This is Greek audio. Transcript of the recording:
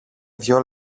δυο